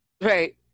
Right